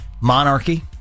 monarchy